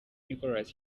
nicolas